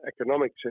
economic